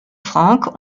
frank